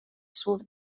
sur